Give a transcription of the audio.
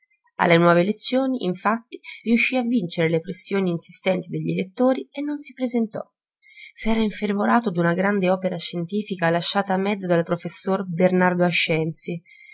alle nuove elezioni infatti riuscì a vincere le pressioni insistenti degli elettori e non si presentò s'era infervorato d'una grande opera scientifica lasciata a mezzo dal professor bernardo